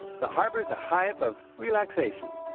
the harbor's a hive of relaxation.